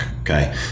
okay